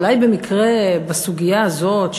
אולי במקרה בסוגיה הזאת,